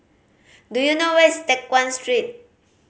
do you know where is Teck Guan Street